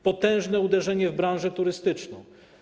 Potężne uderzenie w branżę turystyczną.